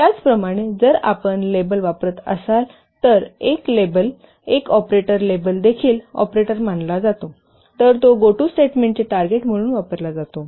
त्याचप्रमाणे जर आपण लेबले वापरत असाल तर एक लेबल एक ऑपरेटर लेबल देखील ऑपरेटर मानला जातो तर तो Goto स्टेटमेंटचे टार्गेट म्हणून वापरला जातो